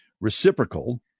reciprocal